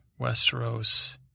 Westeros